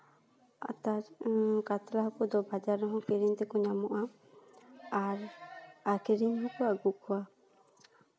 ᱠᱟᱛᱞᱟ ᱦᱟᱠᱳ ᱫᱚ ᱵᱟᱡᱟᱨ ᱨᱮᱦᱚᱸ ᱠᱤᱨᱤᱧ ᱛᱮᱠᱚ ᱧᱟᱢᱚᱜᱼᱟ ᱟᱨ ᱟᱹᱠᱷᱨᱤᱧ ᱦᱚᱠᱚ ᱟᱹᱜᱩ ᱠᱚᱣᱟ